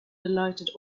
delighted